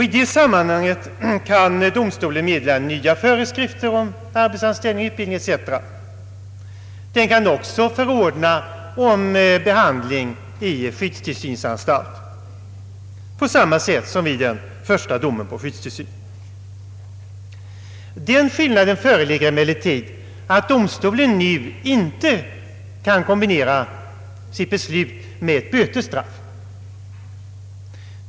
I detta sammanhang kan domstolen meddela nya föreskrifter om arbetsanställning, utbildning etc. Den kan också förordna om behandling på skyddstillsynsanstalt på samma sätt som vid den första domen på skyddstillsyn. Den skillnaden föreligger emellertid, att domstolen nu inte kan kombinera sitt beslut med ett beslut om bötesstraff.